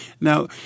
Now